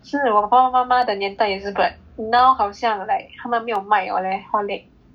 是我爸爸妈妈的年代也是 but now 好像 like 他们没有卖了 leh Horlick